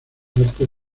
artes